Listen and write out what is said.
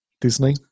Disney